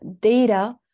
data